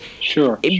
Sure